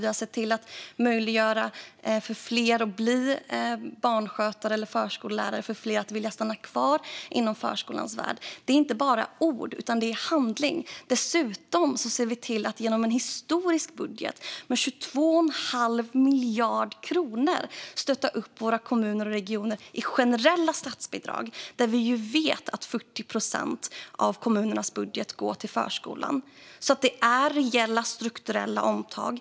Vi har möjliggjort för fler att bli barnskötare eller förskollärare och för fler att vilja stanna kvar inom förskolans värld. Det här är inte bara ord, utan det är handling. Vi ser dessutom till att stötta kommuner och regioner genom en historisk budget på 22 1⁄2 miljard kronor i generella statsbidrag. Vi vet ju att 40 procent av kommunernas budget går till förskolan. Vi gör alltså reella och strukturella omtag.